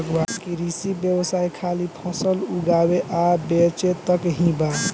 कृषि व्यवसाय खाली फसल उगावे आ बेचे तक ही बा